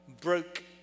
broke